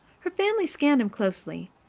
her family scanned him closely,